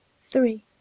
three